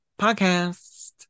podcast